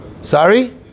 Sorry